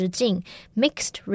Mixed